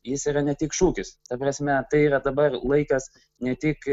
jis yra ne tik šūkis ta prasme tai yra dabar laikas ne tik